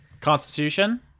Constitution